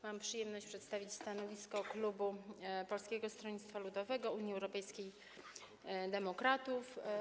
Mam przyjemność przedstawić stanowisko klubu Polskiego Stronnictwa Ludowego - Unii Europejskich Demokratów.